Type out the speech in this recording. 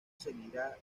seguirá